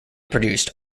produced